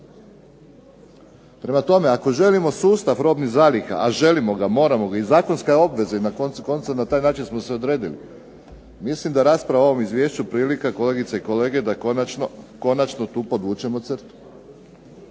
Prema tome, ako želimo sustav robnih zaliha, a želimo ga, takva je i zakonska obveza i na koncu konca na taj način smo se odredili, mislim da je rasprava o ovom Izvješću prilika da konačno tu podvučemo crtu.